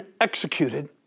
executed